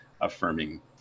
affirming